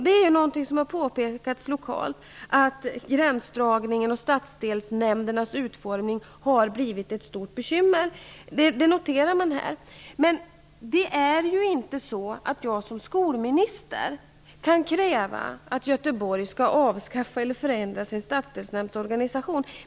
Det har påpekats lokalt att gränsdragningen och stadsdelsnämndernas utformning har blivit ett stort bekymmer. Det noteras i rapporten. Men som skolminister kan jag inte kräva att Göteborg avskaffar eller förändrar sin stadsdelsnämndsorganisation.